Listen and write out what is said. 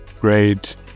great